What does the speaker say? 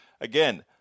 Again